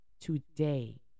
today